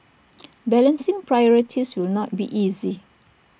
balancing priorities will not be easy